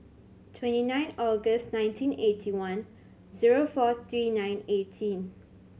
twenty nine August nineteen eighty one zero four three nine eighteen